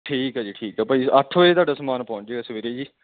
ਠੀਕ ਹੈ ਜੀ ਠੀਕ ਹੈ ਭਾਅ ਜੀ ਅੱਠ ਵਜੇ ਤੁਹਾਡਾ ਸਮਾਨ ਪਹੁੰਚ ਜੇਗਾ ਸਵੇਰੇ ਜੀ